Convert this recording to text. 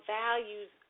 values